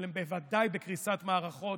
אבל הם בוודאי בקריסת מערכות,